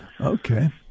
Okay